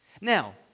Now